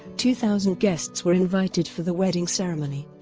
two thousand guests were invited for the wedding ceremony.